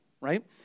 Right